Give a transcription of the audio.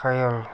ꯈꯌꯜ